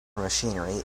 machinery